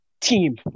team